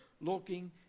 looking